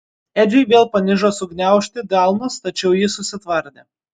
edžiui vėl panižo sugniaužti delnus tačiau jis susitvardė